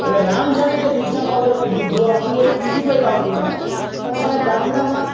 હવે રામ જાણે કે દૂધના પાવડરમાં દૂધ આવતું હોય કે બીજું કંઈક આવતું હોય હેં પણ અમારા ગામડામાં